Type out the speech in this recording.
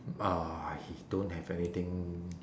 uh I don't have anything